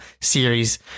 series